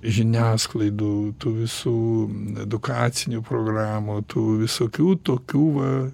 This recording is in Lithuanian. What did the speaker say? žiniasklaidų tų visų edukacinių programų tų visokių tokių va